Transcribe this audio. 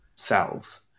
cells